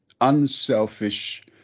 unselfish